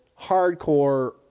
Hardcore